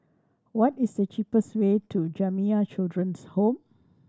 what is the cheapest way to Jamiyah Children's Home